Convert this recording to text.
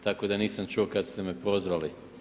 Tako da nisam čuo kad ste me prozvali.